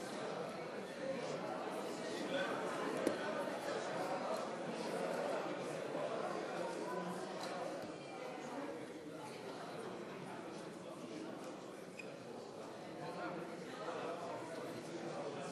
אני